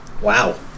Wow